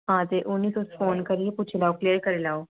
हां ते उ'नें ई तुस फोन करियै पुच्छी लैओ क्लेयर करी लैओ